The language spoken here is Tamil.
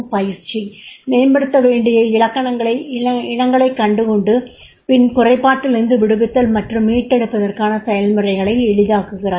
பயிற்சி மேம்படுத்தப்பட வேண்டிய இனங்களைக் கண்டுகொண்ட பின் குறைபாட்டிலிருந்து விடுவித்தல் மற்றும் மீட்டெடுப்பதற்கான செயல்முறையை எளிதாக்குகிறது